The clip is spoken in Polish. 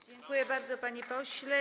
Dziękuję bardzo, panie pośle.